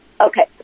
Okay